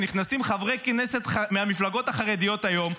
נכנסים חברי הכנסת מהמפלגות החרדיות היום,